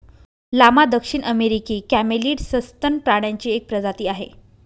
llama दक्षिण अमेरिकी camelid सस्तन प्राण्यांची एक प्रजाती आहे